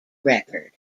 record